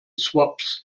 swaps